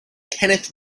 kenneth